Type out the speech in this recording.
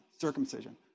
Circumcision